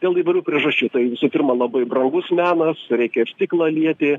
dėl įvairių priežasčių tai visų pirma labai brangus menas reikia ir stiklą lieti